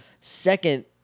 Second